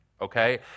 okay